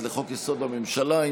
לחוק-יסוד: הממשלה.